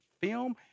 film